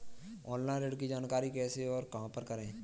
Online ऋण की जानकारी कैसे और कहां पर करें?